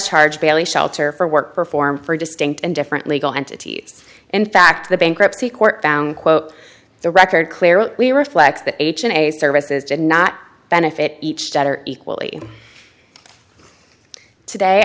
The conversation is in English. charged bailey shelter for work performed for distinct and different legal entities in fact the bankruptcy court found quote the record clearly reflects the h in a services did not benefit each that are equally today